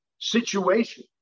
situation